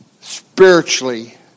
Spiritually